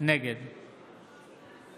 נגד